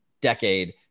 decade